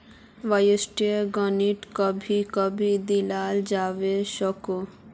वाय्सायेत ग्रांट कभी कभी दियाल जवा सकोह